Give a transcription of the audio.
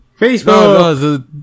Facebook